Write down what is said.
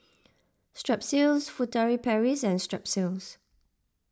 Strepsils Furtere Paris and Strepsils